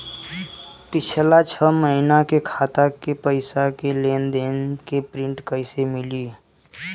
पिछला छह महीना के खाता के पइसा के लेन देन के प्रींट कइसे मिली?